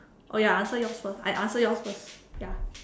oh ya answer yours first I answer yours first ya